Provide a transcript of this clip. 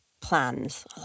plans